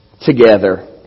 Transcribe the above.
together